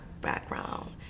Background